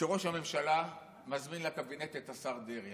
שראש הממשלה מזמין לקבינט את השר דרעי.